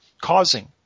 causing